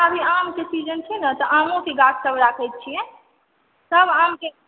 अभी आम के सीजन छै ने तऽ आमो के गाछ सब राखै छियै सब आम के